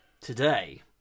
today